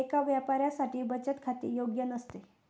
एका व्यापाऱ्यासाठी बचत खाते योग्य नसते